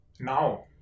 Now